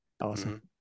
Awesome